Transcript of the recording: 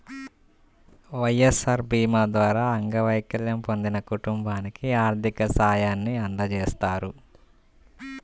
వైఎస్ఆర్ భీమా ద్వారా అంగవైకల్యం పొందిన కుటుంబానికి ఆర్థిక సాయాన్ని అందజేస్తారు